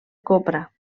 copra